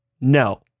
no